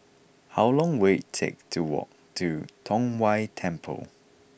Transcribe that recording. how long will it take to walk to Tong Whye Temple